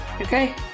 okay